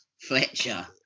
Fletcher